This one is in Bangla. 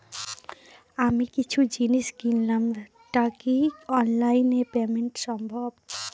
আমি কিছু জিনিস কিনলাম টা কি অনলাইন এ পেমেন্ট সম্বভ?